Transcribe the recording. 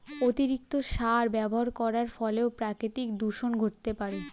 অতিরিক্ত সার ব্যবহার করার ফলেও প্রাকৃতিক দূষন ঘটতে পারে